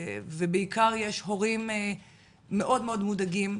ובעיקר יש הורים מאוד מאוד מודאגים.